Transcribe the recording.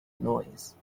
noise